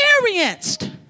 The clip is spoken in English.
experienced